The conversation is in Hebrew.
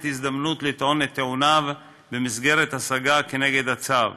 הזדמנות לטעון את טיעוניו במסגרת השגה כנגד הצו.